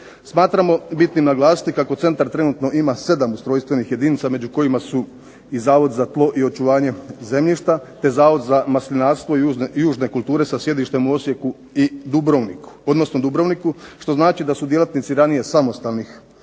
Smatramo bitnim naglasiti kako centar trenutno ima 7 ustrojstvenih jedinica među kojima su i Zavod i za tlo i očuvanje zemljišta, te Zavod za maslinarstvo i južne kulture sa sjedištem u Osijeku i Dubrovniku, odnosno Dubrovniku, što znači da su djelatnici ranije samostalnih